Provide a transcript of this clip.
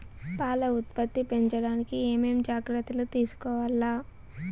పాల ఉత్పత్తి పెంచడానికి ఏమేం జాగ్రత్తలు తీసుకోవల్ల?